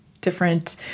different